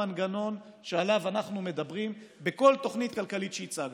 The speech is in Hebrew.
המנגנון שעליו אנחנו מדברים בכל תוכנית כלכלית שהצגנו,